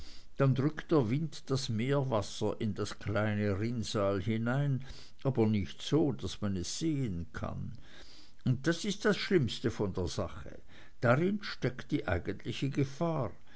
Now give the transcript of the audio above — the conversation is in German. dann drückt der wind das meerwasser in das kleine rinnsal hinein aber nicht so daß man es sehen kann und das ist das schlimmste von der sache darin steckt die eigentliche gefahr